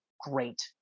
great